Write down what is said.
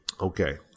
Okay